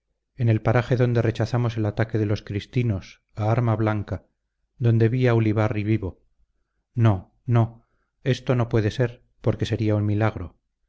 en el paraje donde rechazamos el ataque de los cristinos a arma blanca donde vi a ulibarri vivo no no esto no puede ser porque sería un milagro